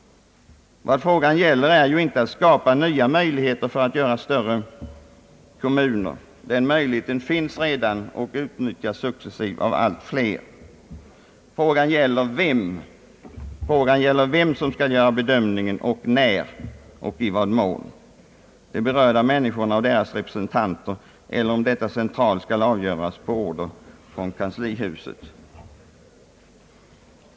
Vad frågan gäller är alltså inte att skapa nya möjligheter för att bilda större kommuner. Den möjligheten finns redan och utnyttjas successivt av allt fler. Frågan gäller vem som skall göra bedömningen, de berörda människorna och deras representanter eller om avgörandet skall ske centralt på order från kanslihuset.